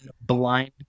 blind